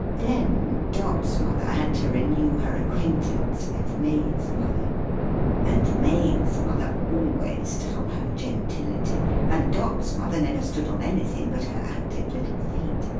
then, dot's mother had to renew her acquaintance with may's mother and may's mother always stood on her gentility and dot's mother never stood on anything but her active little feet.